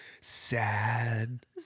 Sad